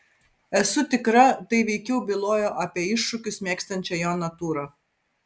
esu tikra tai veikiau bylojo apie iššūkius mėgstančią jo natūrą